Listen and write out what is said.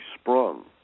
sprung